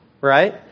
right